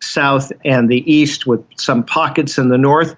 south and the east, with some pockets in the north,